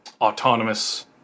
autonomous